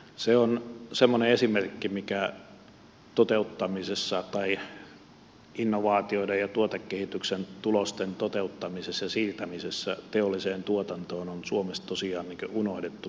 se on semmoinen esimerkki mikä innovaatioiden ja tuotekehityksen tulosten toteuttamisessa ja siirtämisessä teolliseen tuotantoon on suomessa tosiaan unohdettu kokonaan